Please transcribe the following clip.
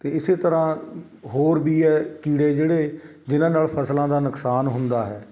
ਅਤੇ ਇਸੇ ਤਰ੍ਹਾਂ ਹੋਰ ਵੀ ਹੈ ਕੀੜੇ ਜਿਹੜੇ ਜਿਹਨਾਂ ਨਾਲ ਫਸਲਾਂ ਦਾ ਨੁਕਸਾਨ ਹੁੰਦਾ ਹੈ